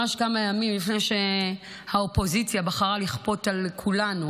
ממש כמה ימים לפני שהאופוזיציה בחרה לכפות על כולנו,